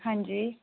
ਹਾਂਜੀ